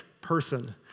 person